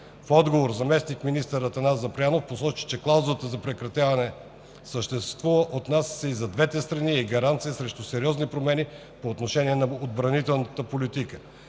В отговор заместник-министър Атанас Запрянов посочи, че клаузата за прекратяване съществува, отнася се и за двете страни и е гаранция срещу сериозни промени по отношение на отбранителната политика.